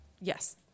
Yes